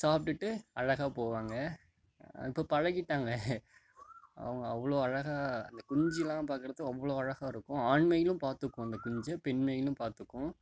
சாப்பிடுட்டு அழகாக போவாங்க இப்போ பழகிவிட்டாங்க அவங்க அவ்வளோ அழகாக இந்த குஞ்சுலாம் பார்க்கறத்துக்கு அவ்வளோ அழகாக இருக்கும் ஆண்மயிலும் பார்த்துக்கும் அந்த குஞ்சை பெண் மயிலும் பார்த்துக்கும்